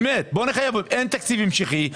אין תקציב המשכי,